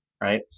right